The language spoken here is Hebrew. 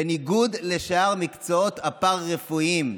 בניגוד לשאר המקצועות הפארה-רפואיים,